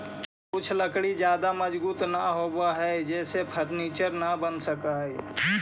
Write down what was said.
कुछ लकड़ी ज्यादा मजबूत न होवऽ हइ जेसे फर्नीचर न बन सकऽ हइ